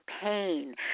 pain